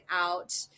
out